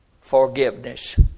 forgiveness